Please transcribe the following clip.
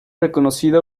reconocida